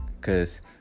Cause